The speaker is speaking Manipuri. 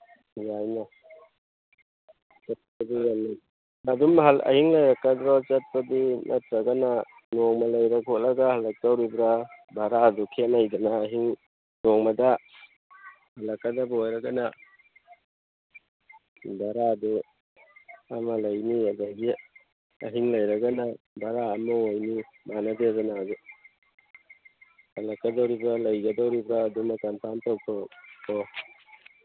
ꯌꯥꯏꯅꯦ ꯑꯗꯨꯝ ꯑꯍꯤꯡ ꯂꯩꯔꯛꯀꯗ꯭ꯔꯣ ꯆꯠꯄꯗꯤ ꯅꯠꯇ꯭ꯔꯒꯅ ꯅꯣꯡꯃ ꯂꯩꯔ ꯈꯣꯠꯂꯒ ꯍꯜꯂꯛꯇꯧꯔꯤꯕ꯭ꯔꯥ ꯚꯔꯥꯗꯨ ꯈꯦꯠꯅꯩꯗꯅ ꯑꯍꯤꯡ ꯅꯣꯡꯃꯗ ꯍꯜꯂꯛꯀꯗꯕ ꯑꯣꯏꯔꯒꯅ ꯚꯔꯥꯗꯨ ꯑꯃ ꯂꯩꯅꯤ ꯑꯗꯒꯤ ꯑꯍꯤꯡ ꯂꯩꯔꯒꯅ ꯚꯔꯥ ꯑꯃ ꯑꯣꯏꯅꯤ ꯃꯥꯟꯅꯗꯦꯗꯅ ꯑꯗꯨ ꯍꯜꯂꯛꯀꯗꯧꯔꯤꯕ꯭ꯔꯥ ꯂꯩꯒꯗꯧꯔꯤꯕ꯭ꯔꯥ ꯑꯗꯨꯅ ꯀꯟꯐꯥꯝ ꯇꯧꯊꯣꯛꯑꯣ